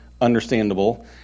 understandable